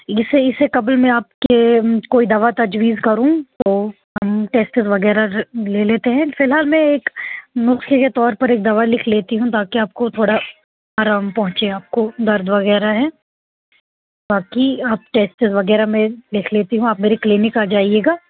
جس سے اس سے قبل میں آپ کے کوئی دوا تجویز کروں تو ہم ٹیسٹ وغیرہ لے لیتے ہیں فی الحال میں ایک نسخے کے طور پر ایک دوا لکھ لیتی ہوں تاکہ آپ کو تھوڑا آرام پہنچے آپ کو درد وغیرہ ہے باقی آپ ٹیسٹ وغیرہ میں دیکھ لیتی ہوں آپ میری کلینک آ جائیے گا